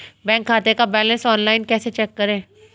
Bank खाते का balance online कैसे चेक करें?